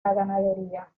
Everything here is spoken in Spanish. ganadería